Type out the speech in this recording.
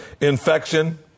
Infection